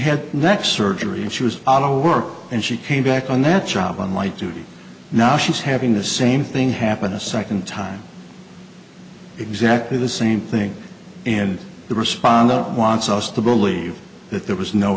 had that surgery and she was out of work and she came back on that job on light duty now she's having the same thing happen a second time exactly the same thing and the respondent wants us to believe that there was no